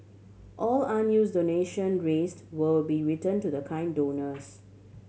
all unuse donation raised will be return to the kind donors